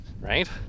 Right